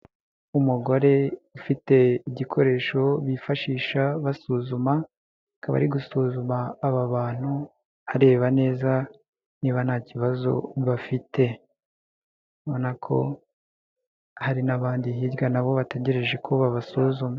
Umugore ufite igikoresho bifashisha basuzuma akaba ari gusuzuma aba bantu areba neza niba nta kibazo bafitena ubona ko hari n'abandi hirya nabo bategereje ko babasuzuma.